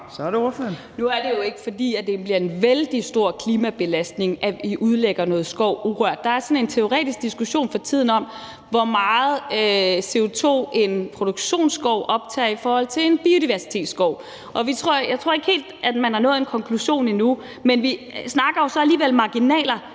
Nu er det jo ikke, fordi det bliver en vældig stor klimabelastning, at vi udlægger noget urørt skov. Der er sådan en teoretisk diskussion for tiden om, hvor meget CO2 en produktionsskov optager i forhold til en biodiversitetsskov. Jeg tror ikke helt, at man er nået en konklusion endnu, men vi snakker jo så alligevel marginaler.